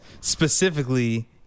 Specifically